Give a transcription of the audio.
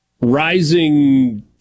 rising